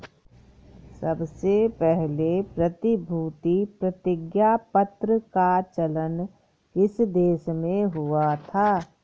सबसे पहले प्रतिभूति प्रतिज्ञापत्र का चलन किस देश में हुआ था?